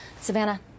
Savannah